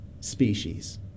species